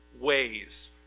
ways